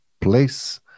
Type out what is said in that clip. place